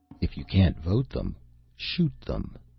if you can't vote them shoot them.